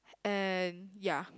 and ya